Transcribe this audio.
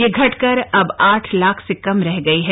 यह घटकर अब आठ लाख से कम रह गई है